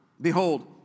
Behold